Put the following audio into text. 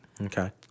Okay